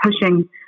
pushing